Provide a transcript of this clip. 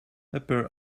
upper